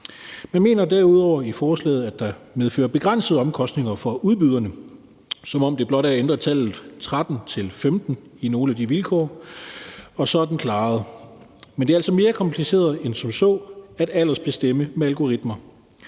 Man mener derudover i forslaget, at det medfører begrænsede omkostninger for udbyderne. Som om det blot er at ændre tallet 13 til 15 i nogle af de vilkår, og så er den klaret, men det er altså mere kompliceret end som så at aldersbestemme med algoritmer.